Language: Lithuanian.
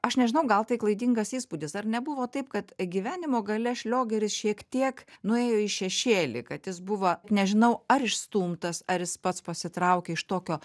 aš nežinau gal tai klaidingas įspūdis ar nebuvo taip kad gyvenimo gale šliogeris šiek tiek nuėjo į šešėlį kad jis buvo nežinau ar išstumtas ar jis pats pasitraukė iš tokio